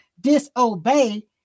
disobey